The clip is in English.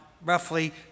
roughly